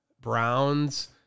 Browns